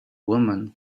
woman